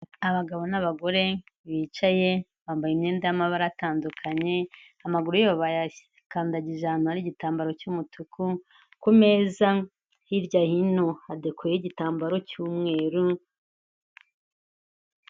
Abagabo n'abagore bicaye bambaye imyenda y'amabara atandukanye amaguru yabo bayakandagije ahantu hari igitambaro cy'umutuku, ku meza hirya hino hadekoyeho igitambaro cy'umweru.